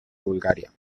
bulgaria